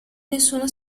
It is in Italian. nessuno